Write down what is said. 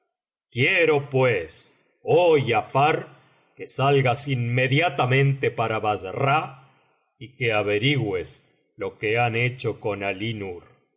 quiero pues oh griafar que salgas inmediatamente para bassra y averigües lo que han hecho con